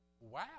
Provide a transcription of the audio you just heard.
wow